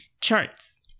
Charts